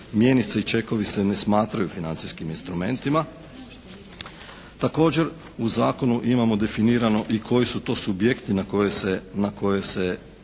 Mjenice i čekovi se ne smatraju financijskim instrumentima. Također, u zakonu imamo definirano i koji su to subjekti na koje se